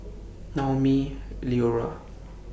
Naumi Liora